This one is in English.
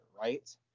right